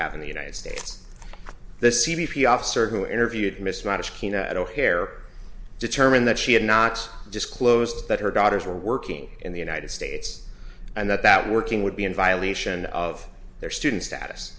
have in the united states the c b p officer who interviewed mismatch can at o'hare determine that she had not disclosed that her daughters were working in the united states and that that working would be in violation of their student status